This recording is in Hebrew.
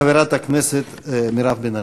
חברת הכנסת מירב בן ארי.